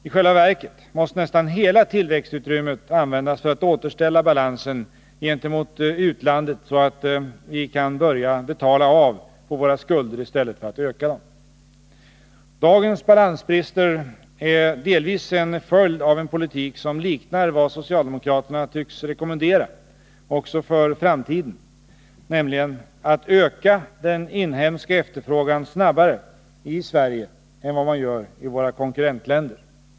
I själva verket måste nästan hela tillväxtutrymmet användas för att återställa balansen gentemot utlandet, så att vi kan börja betala av på våra skulder i stället för att öka dem. Dagens balansbrister är delvis en följd av en politik som liknar vad socialdemokraterna tycks rekommendera också för framtiden, nämligen att öka den inhemska efterfrågan snabbare i Sverige än vad man gör i våra konkurrentländer.